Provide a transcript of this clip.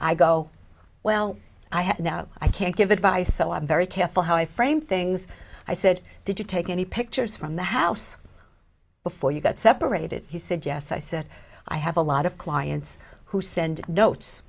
i go well i have no i can't give advice so i'm very careful how i frame things i said did you take any pictures from the house before you got separated he said yes i said i have a lot of clients who send notes